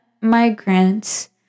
migrants